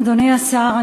אדוני השר,